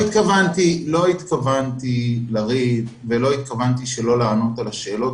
לא התכוונתי לריב ולא התכוונתי שלא לענות על השאלות,